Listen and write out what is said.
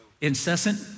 incessant